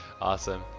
awesome